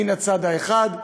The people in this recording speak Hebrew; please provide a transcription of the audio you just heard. מן הצד האחד,